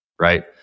right